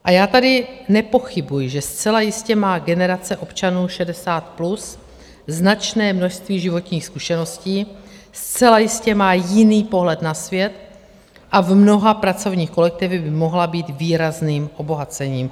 A já tady nepochybuji, že zcela jistě má generace občanů 60+ značné množství životních zkušeností, zcela jistě má jiný pohled na svět a v mnoha pracovních kolektivech by mohla být výrazným obohacením.